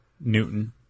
Newton